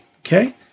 Okay